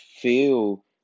feel